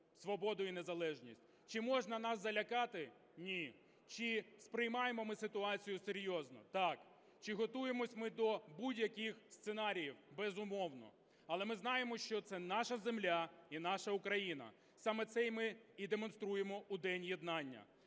свободу і незалежність. Чи можна нас залякати? Ні. Чи сприймаємо ми ситуацію серйозно? Так. Чи готуємося ми до будь-яких сценаріїв? Безумовно. Але ми знаємо, що це наша земля і наша Україна. Саме це ми і демонструємо у День єднання.